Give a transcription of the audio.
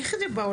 איך זה בעולם,